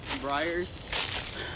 Briars